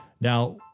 Now